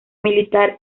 militar